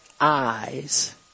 Eyes